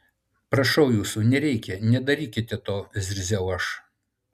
prašau jūsų nereikia nedarykite to zirziau aš